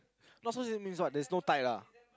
not so safe means what there's no tight lah